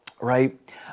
right